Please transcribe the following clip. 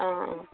অঁ অঁ